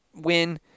win